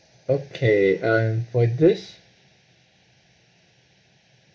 okay and from this